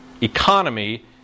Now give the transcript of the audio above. economy